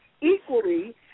equally